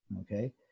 okay